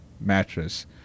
mattress